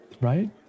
Right